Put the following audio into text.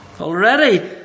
Already